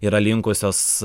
yra linkusios